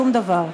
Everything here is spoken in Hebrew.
שום דבר.